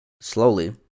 slowly